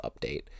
update